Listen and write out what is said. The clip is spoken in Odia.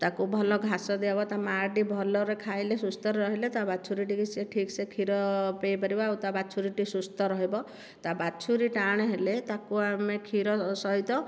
ତାକୁ ଭଲ ଘାସ ଦିଆହେବ ତା ମାଁ ଟି ଭଲରେ ଖାଇଲେ ସୁସ୍ଥରେ ରହିଲେ ତା ବାଛୁରୀ ଟିକି ଠିକ ସେ କ୍ଷୀର ପିଆଇ ପାରିବ ଆଉ ତା ବାଛୁରୀଟି ସୁସ୍ଥ ରହିବ ତା ବାଛୁରୀ ଟାଣ ହେଲେ ତାକୁ ଆମେ କ୍ଷୀର ସହିତ